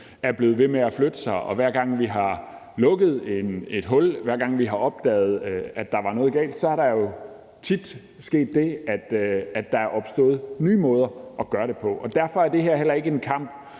er blevet ved med at flytte sig, og hver gang vi har lukket et hul, hver gang vi har opdaget, at der var noget galt, er der jo tit sket det, at der er opstået nye måder at gøre det på. Derfor er kampen mod